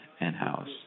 in-house